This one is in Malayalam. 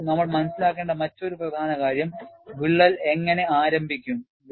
നോക്കൂ നമ്മൾ മനസ്സിലാക്കേണ്ട മറ്റൊരു പ്രധാന കാര്യം വിള്ളൽ എങ്ങനെ ആരംഭിക്കും